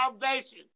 salvation